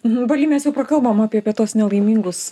nu baly mes jau prakalbom apie tuos nelaimingus